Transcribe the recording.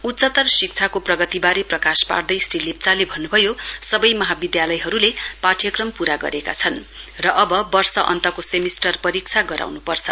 उच्चत्तर शिक्षाको प्रगतिबारे प्रकाश पार्दै श्री लेप्चाले भन्नभयो सबै महाविद्यालयहरूले पाठ्यक्रम प्ररा गरेका छन् र अब वर्ष अन्तको सेमिस्टर परीक्षा गराउनु पर्छ